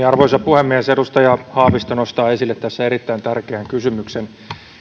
arvoisa puhemies edustaja haavisto nostaa tässä esille erittäin tärkeän kysymyksen